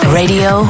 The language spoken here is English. radio